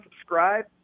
subscribe